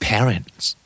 Parents